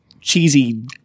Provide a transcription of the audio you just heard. cheesy